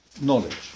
knowledge